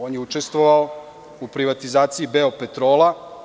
On je učestvovao u privatizaciji „Beopetrola“